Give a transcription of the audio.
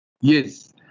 Yes